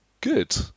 good